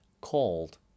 called